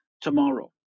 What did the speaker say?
tomorrow